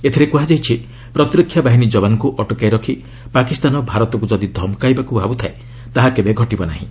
ଏଥିରେ କୁହାଯାଇଛି ପ୍ରତିରକ୍ଷା ବାହିନୀ ଯବାନଙ୍କୁ ଅଟକାଇ ରଖି ପାକିସ୍ତାନ'ଭାରତକୁ ଯଦି ଧମକାଇବାକୁ ଭାବୁଥାଏ ତାହା କେବେ ଘଟିବ ନାହିଁ